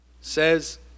says